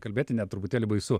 kalbėti net truputėlį baisu